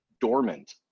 dormant